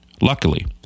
Luckily